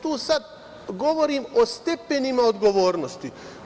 Tu sad govorim o stepenima odgovornosti.